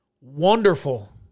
Wonderful